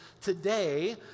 today